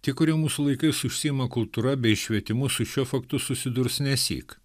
tie kurie mūsų laikais užsiima kultūra bei švietimu su šiuo faktu susidurs nesyk